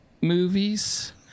movies